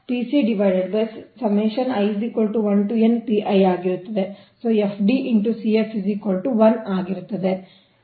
ಆಗಿರುತ್ತದೆ